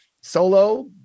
solo